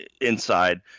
inside